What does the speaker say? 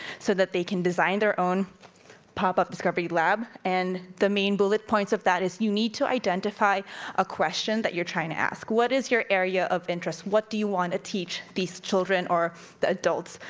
so that they can design their own pop-up discovery lab. and the main bullet points of that is, you need to identify a question that you're trying to ask. what is your area of interest? what do you want to teach these children or the adults?